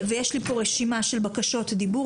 יש לי פה רשימה של בקשות דיבור,